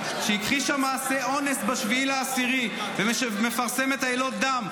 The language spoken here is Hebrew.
שהכחישה מעשי אונס ב-7 באוקטובר ומפרסמת עלילות דם,